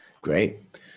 Great